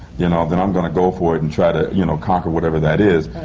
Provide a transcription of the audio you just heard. then ah then i'm going to go for it and try to you know conquer whatever that is.